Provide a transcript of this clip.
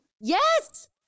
Yes